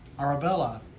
Arabella